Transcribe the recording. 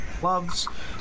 gloves